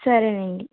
సరే అండి